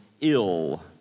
ill